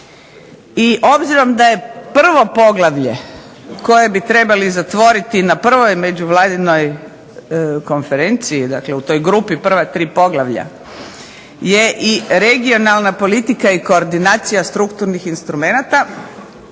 i obzirom da je prvo poglavlje koje bi trebali zatvoriti na 1. Međuvladinoj konferenciji, dakle u toj grupi prva tri poglavlja, je i Regionalna politika i koordinacija strukturnih instrumenata.